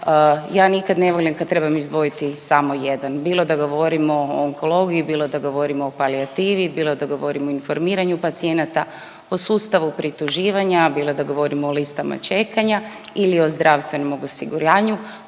Ja nikad ne volim kad trebam izdvojiti samo jedan bilo da govorimo o onkologiji, bilo da govorimo o palijativi, bilo da govorimo o informiranju pacijenata, o sustavu prituživanja, bilo da govorimo o listama čekanja ili o zdravstvenom osiguranju,